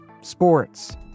sports